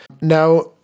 Now